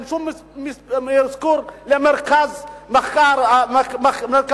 אין שום אזכור של מרכז מחקר אקדמי.